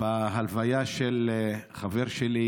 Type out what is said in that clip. בהלוויה של חבר שלי,